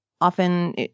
often